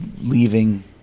leaving